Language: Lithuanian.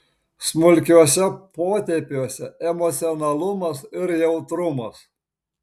smulkiuose potėpiuose emocionalumas ir jautrumas